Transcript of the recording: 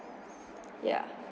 yeah